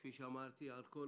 כפי שאמרתי, על כל